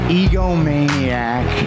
egomaniac